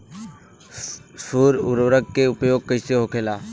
स्फुर उर्वरक के उपयोग कईसे होखेला?